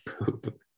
poop